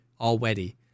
Already